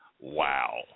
Wow